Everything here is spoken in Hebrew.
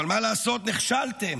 אבל מה לעשות, נכשלתם.